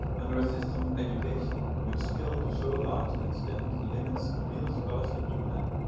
under a system of education which still to so large an extent limits real scholarship to men.